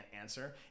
answer